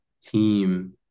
team